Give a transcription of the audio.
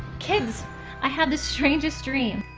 kids i had the strangest dream.